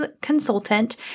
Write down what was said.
consultant